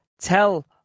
tell